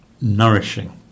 nourishing